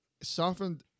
softened